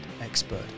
expert